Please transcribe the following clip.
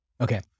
Okay